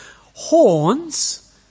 Horns